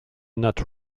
not